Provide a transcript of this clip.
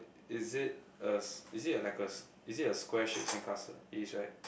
is it a s~ is it a like a s~ is it a square shape sandcastle it is right